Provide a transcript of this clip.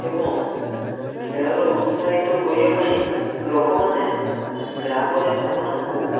ଏବଂ ଖେଳର ଉତ୍ସାହିତ କରିବାପାଇଁ ଲୋକମାନେ ଗ୍ରାମରେ ସେମାନଙ୍କୁ